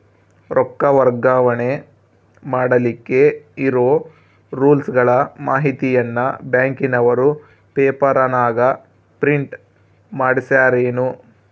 ರೊಕ್ಕ ವರ್ಗಾವಣೆ ಮಾಡಿಲಿಕ್ಕೆ ಇರೋ ರೂಲ್ಸುಗಳ ಮಾಹಿತಿಯನ್ನ ಬ್ಯಾಂಕಿನವರು ಪೇಪರನಾಗ ಪ್ರಿಂಟ್ ಮಾಡಿಸ್ಯಾರೇನು?